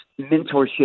mentorship